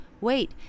wait